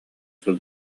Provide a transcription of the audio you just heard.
сыл